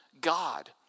God